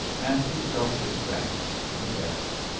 and his self-respect rebelled.